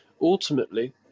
ultimately